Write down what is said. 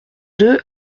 deux